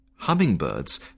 Hummingbirds